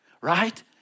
right